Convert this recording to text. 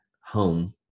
home